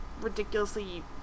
ridiculously